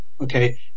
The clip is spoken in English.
okay